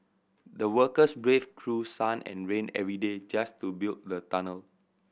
the workers braved through sun and rain every day just to build the tunnel